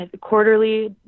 quarterly